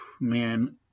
man